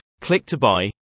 click-to-buy